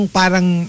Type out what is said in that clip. parang